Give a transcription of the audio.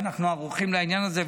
ואנחנו ערוכים לעניין הזה.